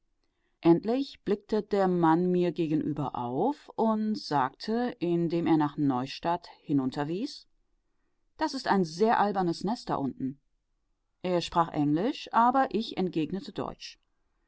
endlich blickte der mann mir gegenüber auf und sagte indem er nach neustadt hinunterwies das ist ein sehr albernes nest da unten er sprach englisch aber ich entgegnete deutsch